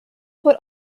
put